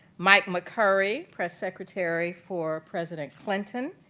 mike mccurry, press secretary for president clinton,